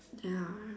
ya